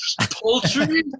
poultry